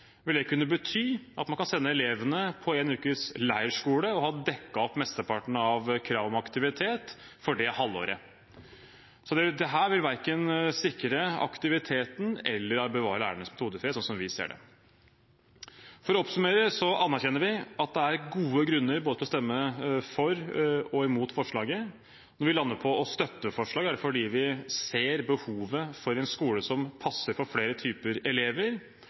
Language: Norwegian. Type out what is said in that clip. vil det kunne bety at man kan sende elevene på en ukes leirskole og ha dekket opp mesteparten av kravet om aktivitet for det halvåret. Det vil verken sikre aktiviteten eller bevare lærernes metodefrihet, slik vi ser det. For å oppsummere så anerkjenner vi at det er gode grunner til å stemme både for og mot forslaget. Når vi lander på å støtte innstillingen, er det fordi vi ser behovet for en skole som passer for flere typer elever,